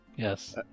yes